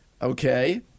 Okay